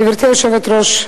גברתי היושבת-ראש,